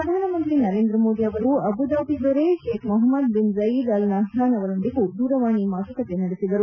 ಪ್ರಧಾನಮಂತ್ರಿ ನರೇಂದ್ರ ಮೋದಿ ಅವರು ಅಬುದಾಬಿ ದೊರೆ Sheikh Mohammed bin Zayed Al Nahyan ಅವರೊಂದಿಗೂ ದೂರವಾಣಿ ಮಾತುಕತೆ ನಡೆಸಿದರು